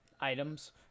items